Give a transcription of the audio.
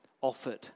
offered